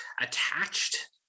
attached